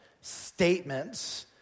statements